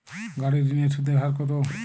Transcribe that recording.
গাড়ির ঋণের সুদের হার কতো?